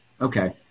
okay